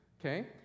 okay